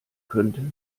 könnte